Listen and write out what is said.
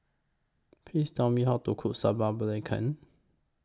Please Tell Me How to Cook Sambal Belacan